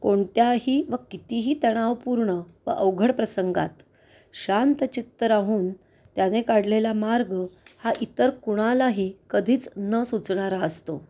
कोणत्याही व कितीही तणावपूर्ण व अवघड प्रसंगात शांत चित्त राहून त्याने काढलेला मार्ग हा इतर कोणालाही कधीच न सुचणारा असतो